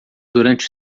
durante